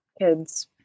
kids